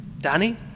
Danny